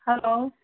hello